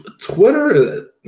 Twitter